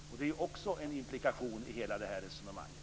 Det är också en implikation i hela det här resonemanget.